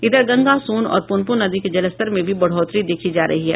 इधर गंगा सोन और पुनपुन नदी के जलस्तर में भी बढ़ोतरी देखी जा रही है